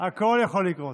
הכול יכול לקרות.